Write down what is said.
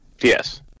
Yes